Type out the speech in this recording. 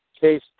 case